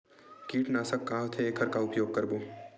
कीटनाशक का होथे एखर का उपयोग करबो?